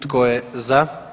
Tko je za?